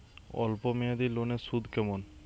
অল্প মেয়াদি লোনের সুদ কেমন?